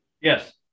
Yes